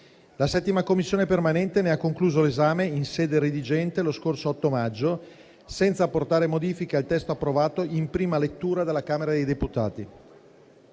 La 7a Commissione permanente ne ha concluso l'esame in sede redigente lo scorso 8 maggio, senza apportare modifiche al testo approvato in prima lettura dalla Camera dei deputati.